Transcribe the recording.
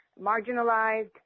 marginalized